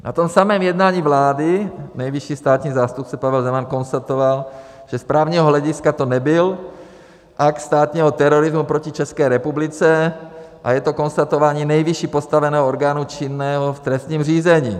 Na tom samém jednání vlády nejvyšší státní zástupce Pavel Zeman konstatoval, že z právního hlediska to nebyl akt státního terorismu proti České republice, a je to konstatování nejvýše postaveného orgánu činného v trestním řízení.